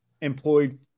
employed